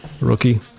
rookie